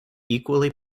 equally